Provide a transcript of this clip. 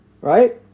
right